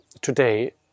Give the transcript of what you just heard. today